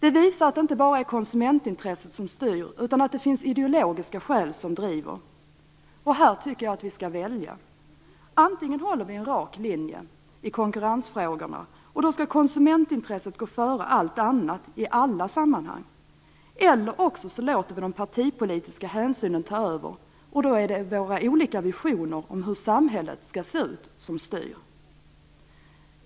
Det visar att det inte bara är konsumentintressen som styr, utan att det finns ideologiska skäl som driver. Här tycker jag att vi skall välja. Antingen håller vi en rak linje i konkurrensfrågorna. Då skall konsumentintresset gå före allt annat i alla sammanhang. Eller också låter vi de partipolitiska hänsynen ta över. Då är det våra olika visioner om hur samhället skall se ut som styr.